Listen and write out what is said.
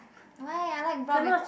why I like brought with